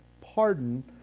pardon